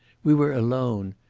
we were alone.